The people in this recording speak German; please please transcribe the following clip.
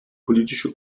politische